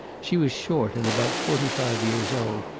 she was short and about forty-five years old,